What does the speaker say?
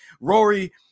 rory